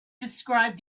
described